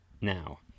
now